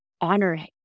Honor